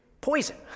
poison